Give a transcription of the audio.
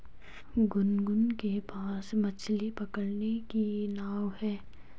गुनगुन के पास मछ्ली पकड़ने की नाव है